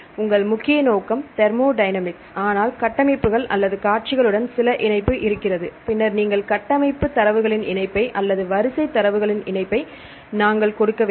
உங்கள் முக்கிய நோக்கம் தெர்மோடைனமிக்ஸ் ஆனால் கட்டமைப்புகள் அல்லது காட்சிகளுடன் சில இணைப்பு இருக்கிறது பின்னர் நீங்கள் கட்டமைப்பு தரவுகளின் இணைப்பை அல்லது வரிசை தரவுகளின் இணைப்பை நாங்கள் கொடுக்க வேண்டும்